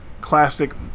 classic